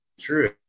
True